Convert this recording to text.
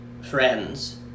friends